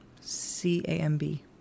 C-A-M-B